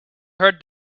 heard